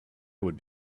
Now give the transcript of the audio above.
would